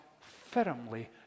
firmly